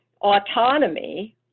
autonomy